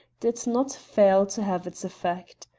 did not fail to have its effect.